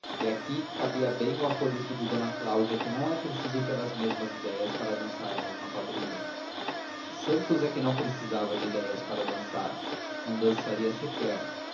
e aqui cabia bem o aforismo de d cláudia que não é preciso ter as mesmas ideias para dançar a mesma quadrilha santos é que não precisava de ideias para dançar não dançaria sequer